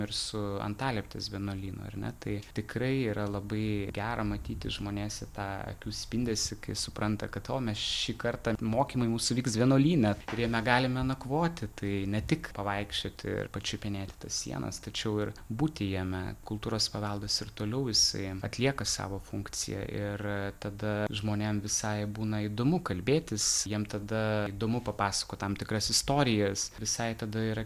ir su antalieptės vienuolynu ar ne tai tikrai yra labai gera matyti žmonėse tą akių spindesį kai supranta kad o mes šį kartą mokymai mūsų vyks vienuolyne kuriame galime nakvoti tai ne tik pavaikščioti ir pačiupinėti tas sienas tačiau ir būti jame kultūros paveldas ir toliau jisai atlieka savo funkciją ir tada žmonėm visai būna įdomu kalbėtis jiem tada įdomu papasakot tam tikras istorijas visai tada yra